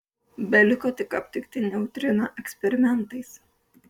beliko tik aptikti neutriną eksperimentais